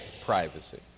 privacy